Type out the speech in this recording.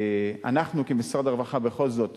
ואנחנו כמשרד הרווחה בכל זאת